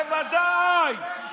בוודאי.